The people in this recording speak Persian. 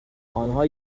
آنها